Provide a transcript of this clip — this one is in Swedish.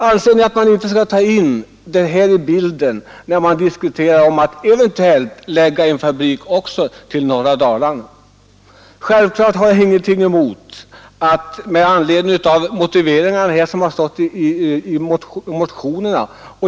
Anser ni att man inte skall ta in detta i bilden, när man diskuterar att eventuellt förlägga en fabrik till norra Dalarna? Självklart har jag ingenting att invända mot motiveringarna i motionerna.